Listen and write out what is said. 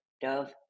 Dove